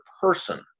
person